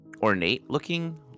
ornate-looking